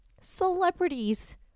celebrities